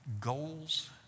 goals